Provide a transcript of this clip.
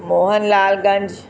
Mohanlal Ganj